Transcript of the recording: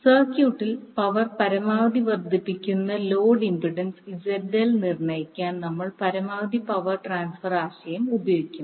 സർക്യൂട്ടിൽ പവർ പരമാവധി വർദ്ധിപ്പിക്കുന്ന ലോഡ് ഇംപെഡൻസ് ZL നിർണയിക്കാൻ നമ്മൾ പരമാവധി പവർ ട്രാൻസ്ഫർ ആശയം ഉപയോഗിക്കും